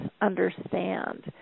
understand